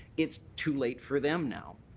it's too late for them now.